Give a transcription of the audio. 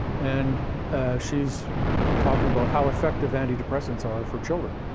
and she's talking about how effective anti-depressants are for children.